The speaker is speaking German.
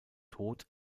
tod